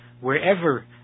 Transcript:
wherever